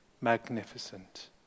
magnificent